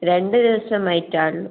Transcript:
രണ്ട് ദിവസം ആയിട്ടെ ഉള്ളൂ